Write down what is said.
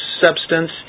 substance